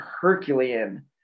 Herculean